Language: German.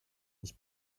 ich